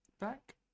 Back